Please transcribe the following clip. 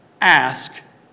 ask